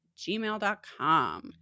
gmail.com